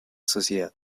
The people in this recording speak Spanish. sociedad